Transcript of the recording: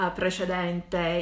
precedente